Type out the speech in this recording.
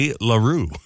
LaRue